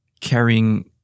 carrying